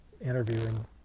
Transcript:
interviewing